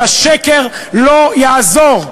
השקר לא יעזור,